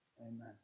Amen